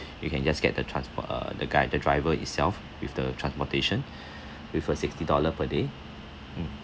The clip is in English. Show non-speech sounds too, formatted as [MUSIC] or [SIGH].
you can just get the transport uh the guide the driver itself with the transportation [BREATH] with a sixty dollar per day mm